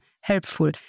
helpful